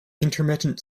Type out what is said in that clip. intermittent